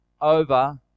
over